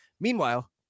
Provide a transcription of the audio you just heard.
Meanwhile